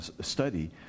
study